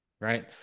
right